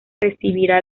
recibirá